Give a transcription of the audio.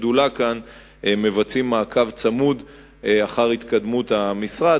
טוב שגם הכנסת והשדולה כאן מקיימות מעקב צמוד אחר התקדמות המשרד,